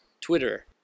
Twitter